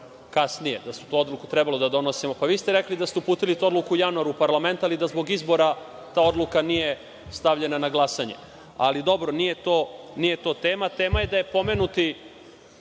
odnosno da smo tu odluku trebali da donesemo. Rekli ste da ste uputili tu odluku u januaru u Parlament, ali da zbog izbora ta odluka nije stavljena na glasanje. Ali, dobro nije to tema. Tema je da je pomenuti